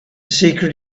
secret